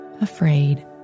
afraid